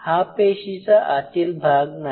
हा पेशीचा आतील भाग नाही